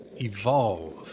evolve